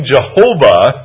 Jehovah